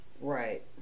Right